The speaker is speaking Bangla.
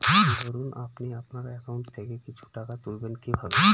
ধরুন আপনি আপনার একাউন্ট থেকে কিছু টাকা তুলবেন কিভাবে?